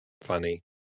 funny